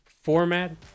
format